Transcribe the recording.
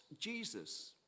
Jesus